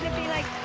be like